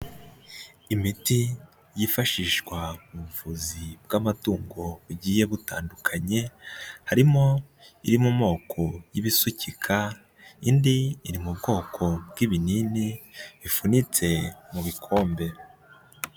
Imiti yifashishwa mu buvuzi bw'amatungo bugiye butandukanye, harimo iri mu moko y'ibisukika indi iri mu bwoko bw'ibinini bifunitse mu bikombe.